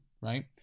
right